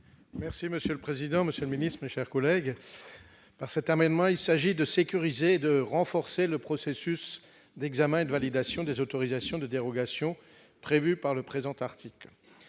Merci monsieur le président, Monsieur le Ministre, mes chers collègues par cet amendement, il s'agit de sécuriser et de renforcer le processus d'examen de validation des autorisations de dérogations prévues par le présent article